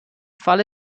falle